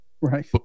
right